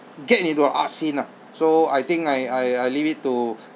get into the art scene lah so I think I I I leave it to